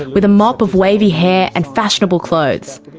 with a mop of wavy hair and fashionable clothes.